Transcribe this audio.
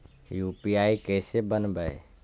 UPI कैसे बनइबै?